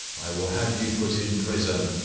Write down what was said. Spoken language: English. i will have you put in prison.